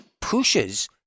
pushes